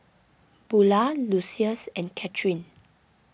Bula Lucious and Kathyrn